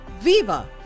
Viva